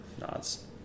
nods